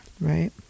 Right